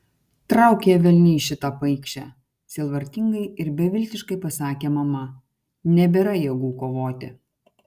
trauk ją velniai šitą paikšę sielvartingai ir beviltiškai pasakė mama nebėra jėgų kovoti